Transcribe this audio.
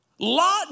Lot